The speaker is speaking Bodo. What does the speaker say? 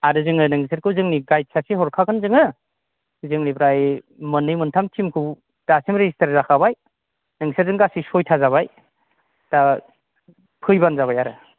आरो जोङो नोंसोरखौ जोंनि गाइड सासे हरखागोन जोङो जोंनिफ्राय मोन्नै मोनथाम टिमखौ दासिम रेजिस्टार जाखाबाय नोंसोरजों गासै सयथा जाबाय दा फैबानो जाबाय आरो